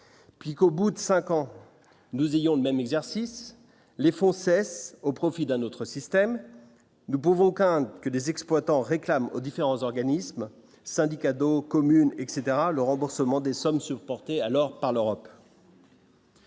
puis qu'au bout de 5 ans, nous ayons le même exercice les fonds cesse au profit d'un autre système, nous pouvons aucun que des exploitants réclament aux différents organismes syndicats d'eau communes etc le remboursement des sommes porté alors par l'Europe.